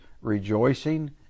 rejoicing